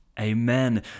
Amen